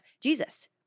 Jesus